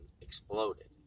exploded